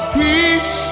peace